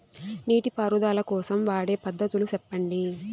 నీటి పారుదల కోసం వాడే పద్ధతులు సెప్పండి?